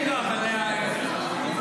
רבי חי טייב, כמה מילים.